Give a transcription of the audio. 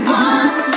one